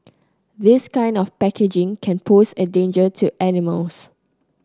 this kind of packaging can pose a danger to animals